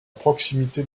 proximité